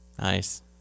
Nice